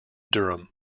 durham